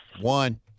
One